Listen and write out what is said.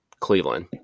Cleveland